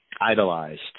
idolized